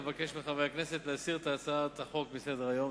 אבקש מחברי הכנסת להסיר את הצעת החוק מסדר-היום.